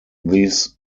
these